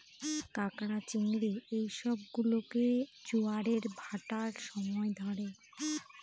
ক্যাঁকড়া, চিংড়ি এই সব গুলোকে জোয়ারের ভাঁটার সময় ধরে